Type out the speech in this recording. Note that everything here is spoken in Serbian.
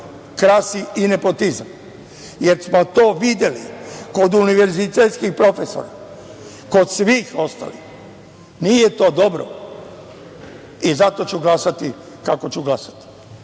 krasi i nepotizam, jer smo to videli kod univerzitetskih profesora kod svih ostalih. Nije to dobro i zato ću glasati kako ću glasati,